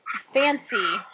fancy